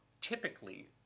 typically